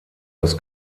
das